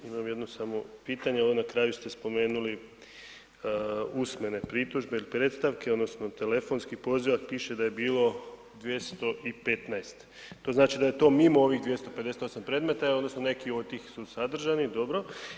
Imamo samo jedno pitanje, ovo na kraju ste spomenuli usmene pritužbe ili predstavke odnosno telefonski poziv, a piše da je bilo 215, to znači da je to mimo ovih 258 predmeta odnosno neki od tih su sadržani, dobro.